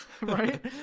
right